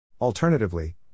Alternatively